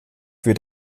für